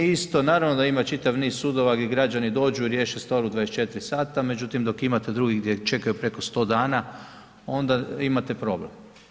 Jer nije isto, naravno da ima čitav niz sudova gdje građani dođu, riješe stvar u 24 sata, međutim dok imate drugih gdje čekaju preko 100 dana, onda imate problem.